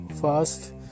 First